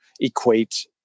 equate